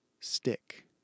stick